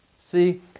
See